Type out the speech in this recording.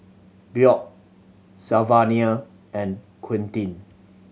Bjorn Sylvania and Quentin